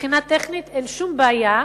מבחינה טכנית אין שום בעיה,